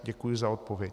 Děkuji za odpověď.